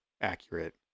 accurate